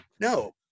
No